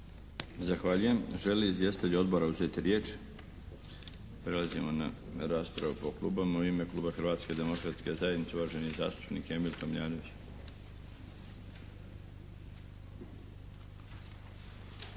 Zahvaljujem. Želi li izvjestitelj odbora uzeti riječ? Prelazimo na raspravu po klubovima. U ime kluba Hrvatske demokratske zajednice, uvaženi zastupnik Emil Tomljanović.